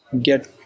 get